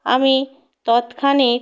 আমি ততক্ষাণে